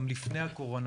גם לפני הקורונה,